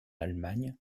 allemagne